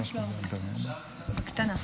ממש לא הרבה, בקטנה.